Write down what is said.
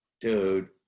Dude